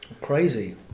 Crazy